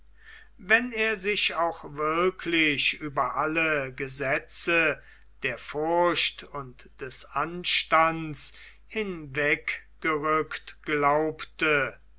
wenn er sich auch wirklich über alle gesetze der furcht und des anstandes hinweggerückt glaubte